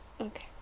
Okay